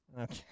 Okay